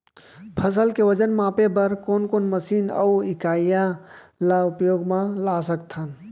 फसल के वजन मापे बर कोन कोन मशीन अऊ इकाइयां ला उपयोग मा ला सकथन?